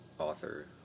author